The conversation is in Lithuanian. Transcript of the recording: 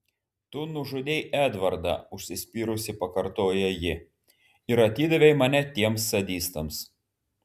tu nužudei edvardą užsispyrusi pakartoja ji ir atidavei mane tiems sadistams